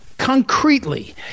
concretely